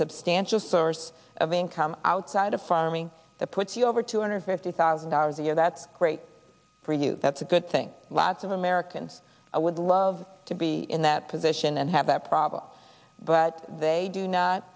substantial source of income outside of farming that puts you over two hundred fifty thousand dollars a year that's great for you that's a good thing lots of americans would love to be in that position and have that problem but they do not